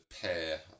pair